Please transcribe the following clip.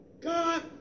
God